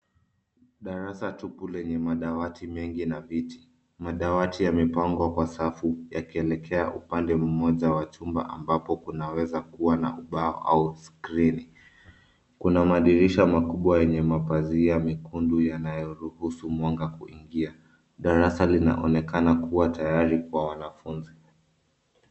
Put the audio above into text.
Darasa tupu lenye madawati mengi na viti. Madawati yamepangwa kwa safu yakielekea upande mmoja wa chumba ambapo kunaweza kuwa na ubao au skrini. Kuna madirisha makubwa yenye mapazia mekundu yanayoruhusu mwanga kuingia. Darasa linaonekana kuwa tayari kwa wanafunzi.